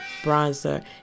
bronzer